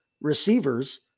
receivers